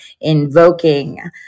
invoking